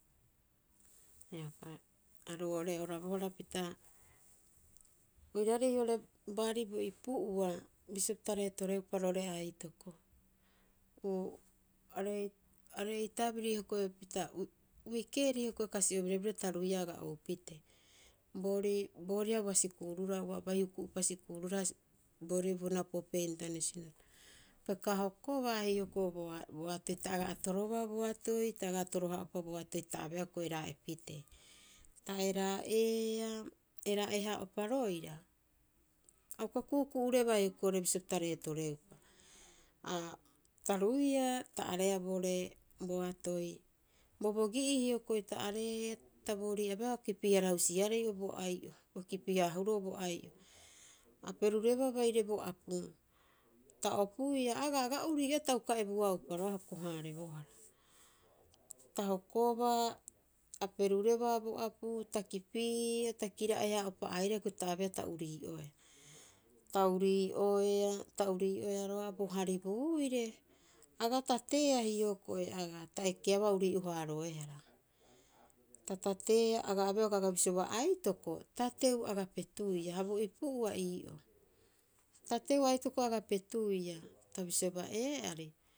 Hioko'i, aru oo'ore orabohra pita, oiraarei oo'ore baari bo ipu'ua, bisio pita reetoreupa roo'ore aitoko. are'ei, are'ei tabiri hioko'i pita, uikeeri hioko'i kasi'o birabira ta ruiia aga oupitee, boori booriha ua sikurururaha ua bai huku`'opa sikuururaha boori Vunapope International. Peka hokobaa hioko'i boa boatoi. Ta aga atorobaa boatoi. Ta aga atoro- haa'upa boatoi, ta abeea hioko'i eraaa'epitee. Ta eraa'eea eraa'ee- haa'opa roira, a uka ku'uku'urebaa hioko'i oo'ore bisio pita reetoreupa. Aa ta ruiia ta areea boore boatoi, bobogi'i hioko'i ta areea ta boori abeea kipiharahusiarei o bo ai'o, ua kipi- haahuroo bo ai'o. A perurebaa bairee bo apu. Ta opuiia aga aga urii'oea ta uka ebuaupa roga'a hoko- haareebohara, ta hokobaa a perurebaa bo apu ta kipiia ta kira'e- haa'opa airaa hioko'i ta abeeata urii'oea. Ta urii'oea ta urii'oea roga'a bo haribuiire. Aga tateea hioko'i agaa, ta ekeabaa urii'o- haaroehara. Ta tateea aga abeea aga bisiobaa aitoko, tateu aga petuuiia ha bo ipu'ua ii'oo, tateu aitoko aga petuia. Ta bisiobaa ee'ari.